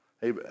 Hey